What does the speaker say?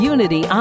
Unity